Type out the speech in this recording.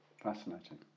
Fascinating